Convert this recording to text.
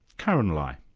karyn lai.